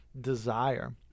desire